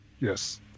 Yes